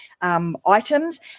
items